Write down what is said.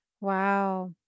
Wow